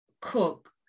Cook